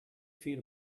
feet